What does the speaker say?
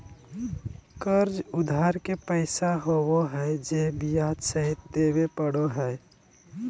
कर्ज उधार के पैसा होबो हइ जे ब्याज सहित देबे पड़ो हइ